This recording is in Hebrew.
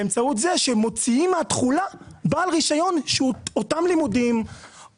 באמצעות זה שמוציאים מהתחולה בעל רישיון שהוא עם אותם לימודים,